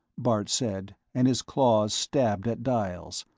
bart said, and his claws stabbed at dials.